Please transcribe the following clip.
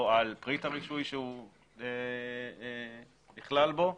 או על פריט הרישוי שנכלל בו,